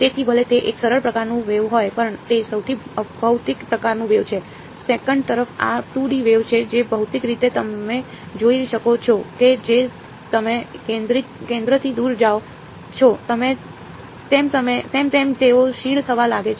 તેથી ભલે તે એક સરળ પ્રકારનું વેવ હોય પણ તે સૌથી અભૌતિક પ્રકારનું વેવ છે સેકંડ તરફ આ 2 ડી વેવ છે જે ભૌતિક રીતે તમે જોઈ શકો છો કે જેમ તમે કેન્દ્રથી દૂર જાઓ છો તેમ તેમ તેઓ ક્ષીણ થવા લાગે છે